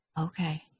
Okay